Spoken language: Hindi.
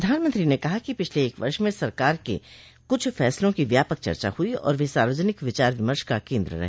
प्रधानमंत्री ने कहा कि पिछले एक वर्ष में सरकार के कुछ फैसलों की व्यापक चर्चा हुई और वे सार्वजनिक विचार विमर्श का केन्द्र रहे